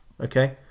Okay